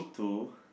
two